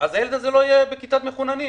אז הילד הזה לא יהיה בכיתת מחוננים.